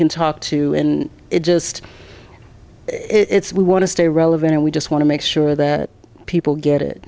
can talk to and it just it's we want to stay relevant and we just want to make sure that people get it